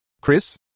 Chris